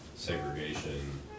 segregation